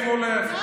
תשימו לב,